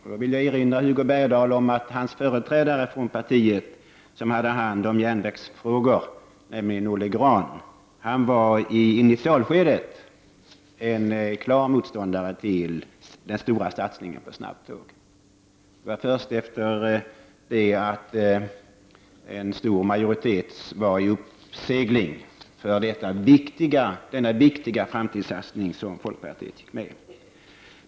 Då vill jag erinra Hugo Bergdahl om att hans företrädare inom partiet när det gäller att ha hand om järnvägsfrågor, nämligen Olle Grahn, i initialskedet var klar motståndare till den stora satsningen på snabbtåg. Det var först sedan en stor majoritet var i uppsegling för denna viktiga framtidssatsning som folkpartiet gick med.